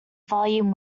volume